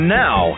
now